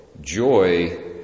Joy